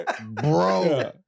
bro